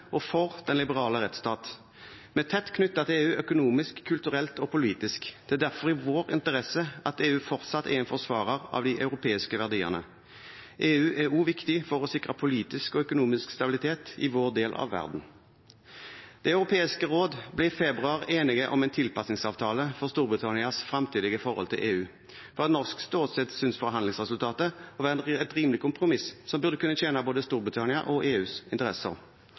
og for den liberale rettsstat. Vi er tett knyttet til EU økonomisk, kulturelt og politisk. Det er derfor i vår interesse at EU fortsatt er en forsvarer av de europeiske verdiene. EU er også viktig for å sikre politisk og økonomisk stabilitet i vår del av verden. Det europeiske råd ble i februar enige om en tilpasningsavtale for Storbritannias framtidige forhold til EU. Fra et norsk ståsted synes forhandlingsresultatet å være et rimelig kompromiss, som burde kunne tjene både Storbritannias og EUs interesser.